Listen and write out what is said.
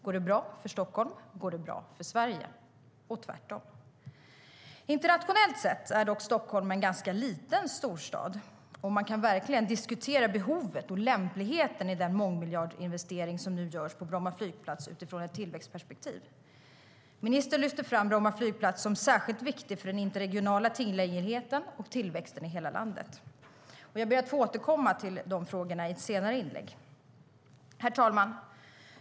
Går det bra för Stockholm går det bra för Sverige - och tvärtom. Internationellt sett är dock Stockholm en ganska liten storstad, och man kan verkligen diskutera behovet av och lämpligheten i den mångmiljardinvestering som nu görs på Bromma flygplats utifrån ett tillväxtperspektiv. Ministern lyfter fram Bromma flygplats som särskilt viktig för den interregionala tillgängligheten och tillväxten i hela landet. Jag ber att få återkomma till de frågorna i ett senare inlägg. Herr talman!